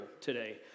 today